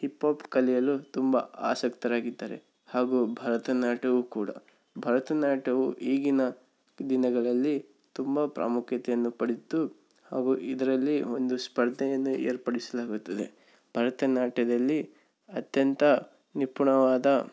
hip hop ಕಲಿಯಲು ತುಂಬ ಆಸಕ್ತರಾಗಿದ್ದಾರೆ ಹಾಗೂ ಭರತನಾಟ್ಯವು ಕೂಡ ಭರತನಾಟ್ಯವು ಈಗಿನ ದಿನಗಳಲ್ಲಿ ತುಂಬ ಪ್ರಾಮುಖ್ಯತೆಯನ್ನು ಪಡೆದು ಹಾಗೂ ಇದರಲ್ಲಿ ಒಂದು ಸ್ಪರ್ಧೆಯನ್ನು ಏರ್ಪಡಿಸಲಾಗುತ್ತದೆ ಭರತನಾಟ್ಯದಲ್ಲಿ ಅತ್ಯಂತ ನಿಪುಣವಾದ